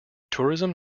tourism